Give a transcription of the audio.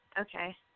Okay